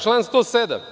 Član 107.